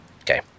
Okay